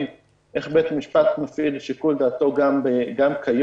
איך בית המשפט מפעיל את שיקול דעתו גם כיום.